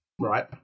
right